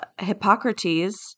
Hippocrates